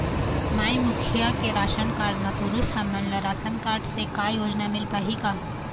माई मुखिया के ration card म पुरुष हमन ला रासनकारड से का योजना मिल पाही का?